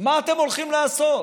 מה אתם הולכים לעשות?